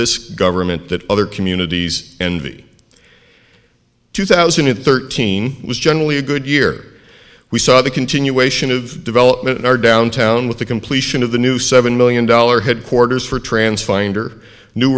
this government that other communities envy two thousand and thirteen was generally a good year we saw the continuation of development in our downtown with the completion of the new seven million dollar headquarters for trans finder new